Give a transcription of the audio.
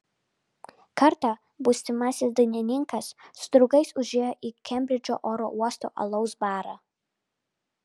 kartą būsimasis dainininkas su draugais užėjo į kembridžo oro uosto alaus barą